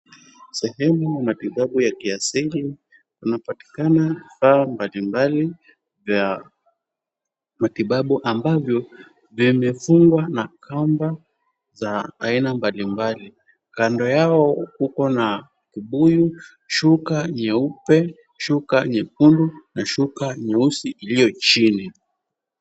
Sehemu ya matibabu ya kiasili imepatikana vifaa mbalimbali vya matibabu ambavyo vimefungwa na kamba za aina mbalimbali. Kando yao kuko na kibuyu, shuka nyeupe, shuka nyekundu na shuka nyeusi iliyo chini.